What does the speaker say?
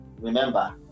Remember